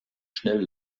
schnell